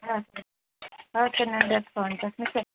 okay అండి నేను రేపు ఫోన్ చేసి మీకు చెప్త్